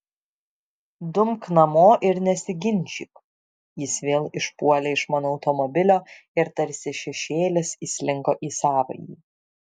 dumk namo ir nesiginčyk jis vėl išpuolė iš mano automobilio ir tarsi šešėlis įslinko į savąjį